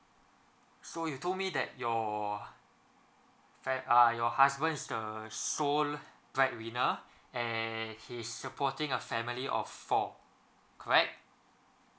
so you told me that your fam~ uh your husband is the sole breadwinner and he is supporting a family of four correct